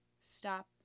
stop